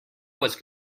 was